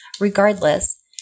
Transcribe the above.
Regardless